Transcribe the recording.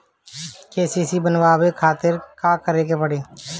KCC बनवावे खातिर का करे के पड़ी?